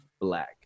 black